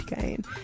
gain